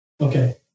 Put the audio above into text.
Okay